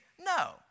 no